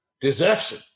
desertion